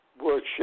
workshop